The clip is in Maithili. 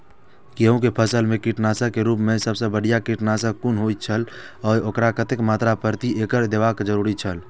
गेहूं के फसल मेय कीटनाशक के रुप मेय सबसे बढ़िया कीटनाशक कुन होए छल आ ओकर कतेक मात्रा प्रति एकड़ देबाक जरुरी छल?